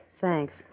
Thanks